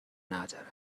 ندارن